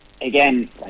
again